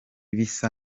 bisa